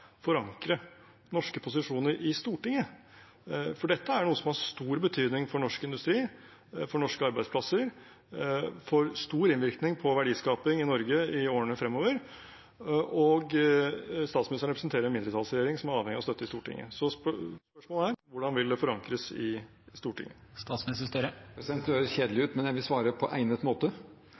forankre norske posisjoner i Stortinget? Dette er noe som har stor betydning for norsk industri, for norske arbeidsplasser og får stor innvirkning på verdiskaping i Norge i årene fremover, og statsministeren representerer en mindretallsregjering som er avhengig av støtte i Stortinget. Så spørsmålet er: Hvordan vil det forankres i Stortinget? Det høres kjedelig ut, men jeg vil svare på egnet måte: